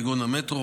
כגון המטרו,